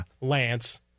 Lance